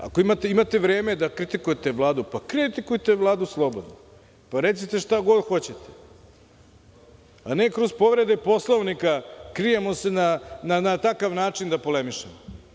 Ako imate vreme da kritikujete Vladu, kritikujte Vladu slobodno, recite šta god hoćete, a ne kroz povrede Poslovnika krijemo se da na takav način polemišemo.